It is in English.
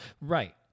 Right